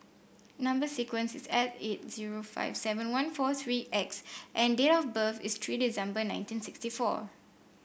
number sequence is S eight zero five seven one four three X and date of birth is three December nineteen sixty four